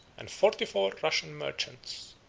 and forty-four russian merchants,